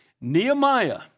Nehemiah